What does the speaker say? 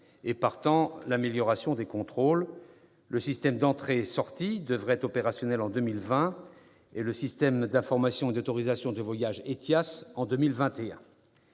et, partant, l'amélioration des contrôles. Le système d'entrée et de sortie devrait être opérationnel en 2020 et le système d'information et d'autorisation concernant les voyages, ETIAS, en 2021.